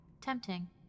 Tempting